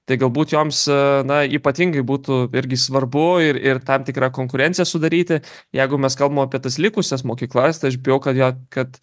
tai galbūt joms na ypatingai būtų irgi svarbu ir ir tam tikrą konkurenciją sudaryti jeigu mes kalbam apie tas likusias mokyklas tai aš bijau kad jo kad